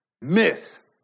Miss